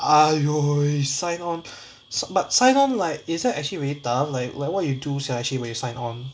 !aiyo! sign on but sign on like is that actually really tough like like what you sia actually when you sign on